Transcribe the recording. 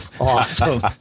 awesome